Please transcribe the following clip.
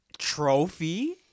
trophy